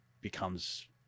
becomes